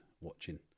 watching